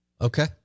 Okay